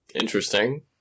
Interesting